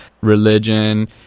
religion